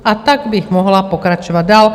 A tak bych mohla pokračovat dál.